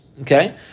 okay